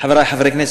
חברי חברי הכנסת,